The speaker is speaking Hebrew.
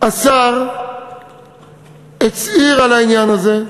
השר הצהיר על העניין הזה,